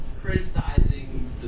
criticizing